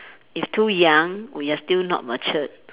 if too young when we are still not mature